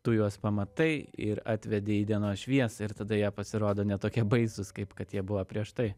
tu juos pamatai ir atvedi į dienos šviesą ir tada jie pasirodo ne tokie baisūs kaip kad jie buvo prieš tai